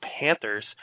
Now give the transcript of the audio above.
Panthers